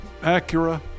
Acura